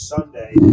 Sunday